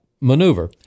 maneuver